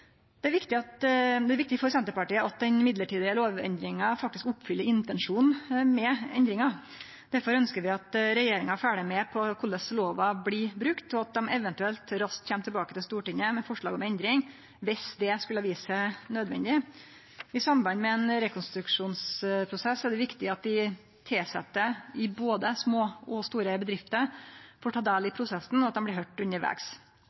Det er viktig for Senterpartiet at den mellombelse lovendringa faktisk oppfyller intensjonen med endringa. Derfor ønskjer vi at regjeringa følgjer med på korleis lova blir brukt, og at dei eventuelt raskt kjem tilbake til Stortinget med forslag om endring viss det skulle vise seg nødvendig. I samband med ein rekonstruksjonsprosess er det viktig at dei tilsette i både små og store bedrifter får ta del i prosessen, og at dei blir